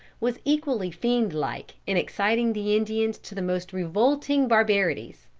was equally fiendlike in exciting the indians to the most revolting barbarities.